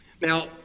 Now